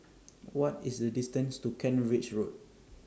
What IS The distance to Kent Ridge Road